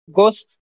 Ghost